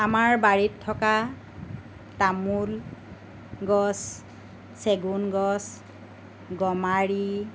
আমাৰ বাৰীত থকা তামোল গছ চেগুন গছ গমাৰি